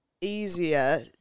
easier